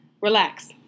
Relax